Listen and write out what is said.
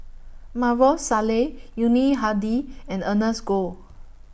Maarof Salleh Yuni Hadi and Ernest Goh